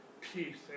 peace